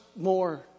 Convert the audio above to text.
more